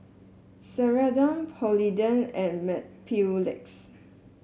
Ceradan Polident and Mepilex